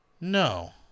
No